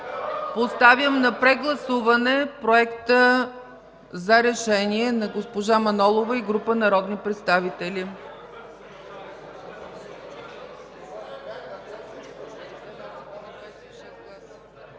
Поставям на прегласуване Проекта за решение на госпожа Манолова и група народни представители.